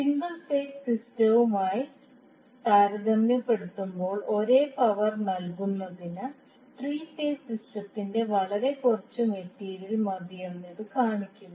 single phase സിസ്റ്റവുമായി താരതമ്യപ്പെടുത്തുമ്പോൾ ഒരേ പവർ നൽകുന്നതിന് ത്രീ ഫേസ് സിസ്റ്റത്തിന് വളരെ കുറച്ച് മെറ്റീരിയൽ മതിയെന്ന് ഇത് കാണിക്കുന്നു